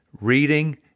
reading